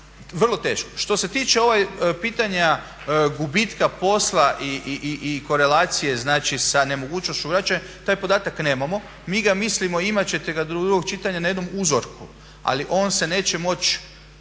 vrlo teško. Što se tiče pitanja gubitka posla i korelacije znači sa nemogućnošću vraćanja taj podatak nemamo, mi ga mislimo imat ćete ga do drugog čitanja na jednom uzorku ali on se neće moći